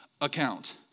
account